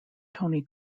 tony